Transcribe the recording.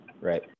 Right